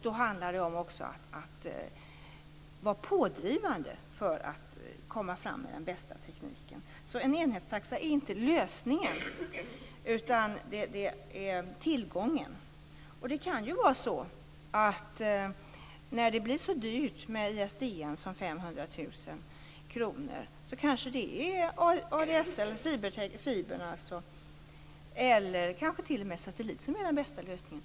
Då handlar det också om att vara pådrivande för att komma fram med den bästa tekniken. En enhetstaxa är inte lösningen, utan det handlar om tillgången. När det blir så dyrt med ISDN som 500 000 kr är det kanske ADSL, fibertekniken eller kanske t.o.m. satellit som är den bästa lösningen.